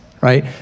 right